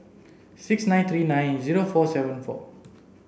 six nine three nine zero four seven four